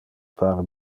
pare